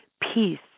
peace